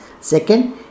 Second